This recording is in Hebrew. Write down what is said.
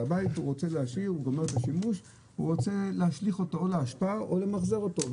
בבית הוא מסיים את השימוש והוא רוצה להשליך אותו לאשפה או למחזר אותו.